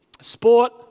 Sport